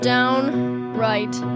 Downright